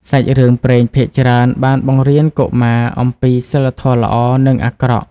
សាច់រឿងព្រេងភាគច្រើនបានបង្រៀនកុមារអំពីសីលធម៌ល្អ និងអាក្រក់។